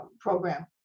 program